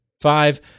Five